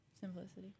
simplicity